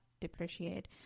depreciate